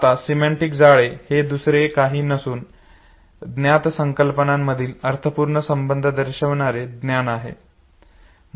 आता सिमेंटिक जाळे हे दुसरे काही नसून ज्ञात संकल्पनांमधील अर्थपूर्ण संबंध दर्शविणारे ज्ञान आहे